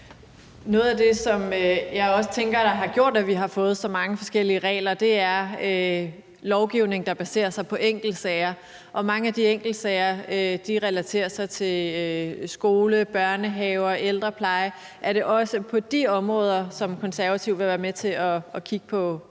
Noget af det, som jeg også tænker har gjort, at vi har fået så mange forskellige regler, er lovgivning, der baserer sig på enkeltsager, og mange af de enkeltsager relaterer sig til skoler, børnehaver og ældrepleje. Er det også på de områder, Konservative vil være med til at kigge på